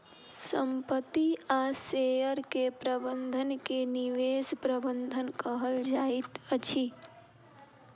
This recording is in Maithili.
संपत्ति आ शेयर के प्रबंधन के निवेश प्रबंधन कहल जाइत अछि